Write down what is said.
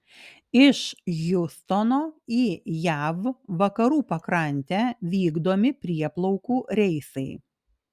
iš hjustono į jav vakarų pakrantę vykdomi prieplaukų reisai